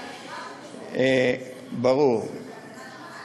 זו מכירה של דירות, זו הקטנת המלאי.